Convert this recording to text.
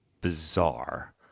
bizarre